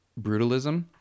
Brutalism